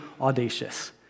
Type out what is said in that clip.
audacious